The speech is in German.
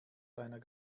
seiner